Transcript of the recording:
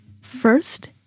First